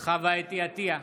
חוה אתי עטייה,